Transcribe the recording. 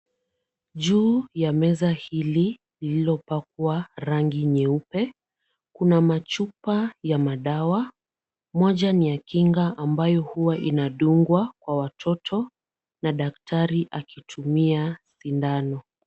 Juu ya meza hili lililopakwa rangi nyeupe, kuna machupa ya madawa, moja ni ya kinga ambayo huwa inadungwa kwa watoto na daktari akitumia sindano.